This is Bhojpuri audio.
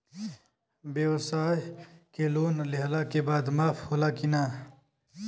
ब्यवसाय के लोन लेहला के बाद माफ़ होला की ना?